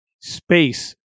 space